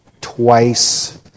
twice